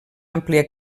àmplia